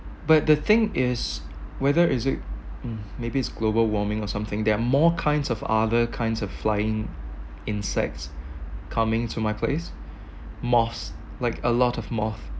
but the thing is whether is it maybe it's global warming or something there are more kinds of other kinds of flying insects coming to my place moths like a lot of moth